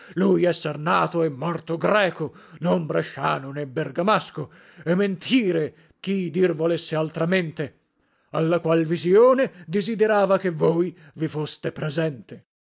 lui esser nato e morto greco non bresciano né bergamasco e mentire chi dir volesse altramente alla qual visione disiderava che voi vi foste presente